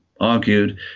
argued